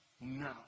No